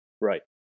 Right